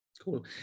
Cool